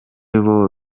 abo